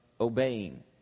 obeying